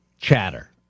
chatter